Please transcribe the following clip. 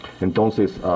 Entonces